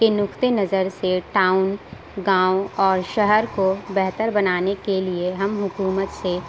کے نقطۂ نظر سے ٹاؤن گاؤں اور شہر کو بہتر بنانے کے لیے ہم حکومت سے